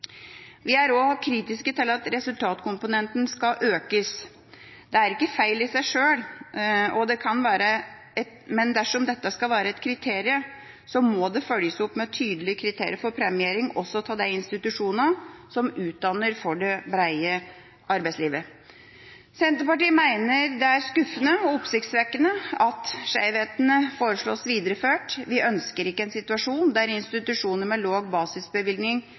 Vi er også kritiske til at resultatkomponenten skal økes. Det er ikke feil i seg sjøl, men dersom dette skal være et kriterium, må det følges opp med tydelige kriterier for premiering også av de institusjonene som utdanner for det brede arbeidslivet. Senterpartiet mener det er skuffende og oppsiktsvekkende at skjevhetene foreslås videreført. Vi ønsker ikke en situasjon der institusjoner med lav basisbevilgning